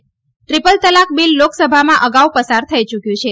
triple તલાક bill લોકસભામાં અગાઉ પસાર થઇ યૂક્યું છે